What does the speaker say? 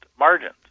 margins